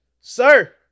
sir